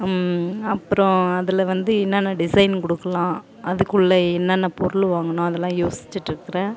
அப்றம் அதில் வந்து என்னென்ன டிசைன் கொடுக்கலாம் அதுக்குள்ள என்னென்ன பொருள் வாங்கணும் அதெல்லாம் யோசிச்சுட்டு இருக்கிறேன்